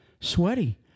sweaty